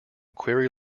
query